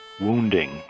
Wounding